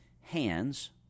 hands